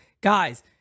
guys